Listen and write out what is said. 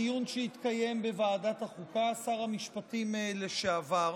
בדיון שהתקיים בוועדת החוקה, שר המשפטים לשעבר.